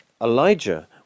Elijah